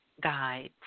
guides